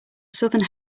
southern